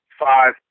five